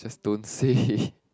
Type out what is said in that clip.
don't say